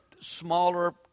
smaller